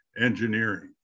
engineering